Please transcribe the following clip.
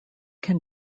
can